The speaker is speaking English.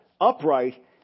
upright